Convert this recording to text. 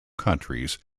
countries